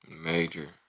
major